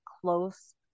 close